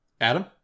Adam